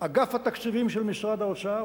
אגף התקציבים של משרד האוצר,